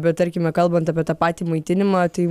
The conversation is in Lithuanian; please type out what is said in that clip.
bet tarkime kalbant apie tą patį maitinimą tai